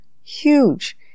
huge